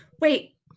wait